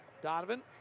Donovan